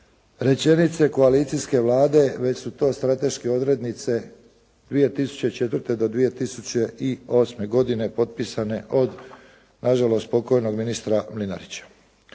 rečenice koalicijske Vlade, već su to strateške odrednice 2004. do 2008. godine potpisane od na žalost pokojnog ministra Mlinarića.